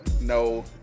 No